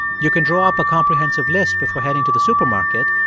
you can draw up a comprehensive list before heading to the supermarket,